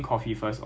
foreign worker